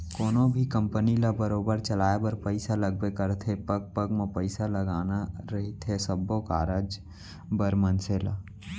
कोनो भी कंपनी ल बरोबर चलाय बर पइसा लगबे करथे पग पग म पइसा लगना रहिथे सब्बो कारज बर मनसे ल